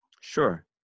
Sure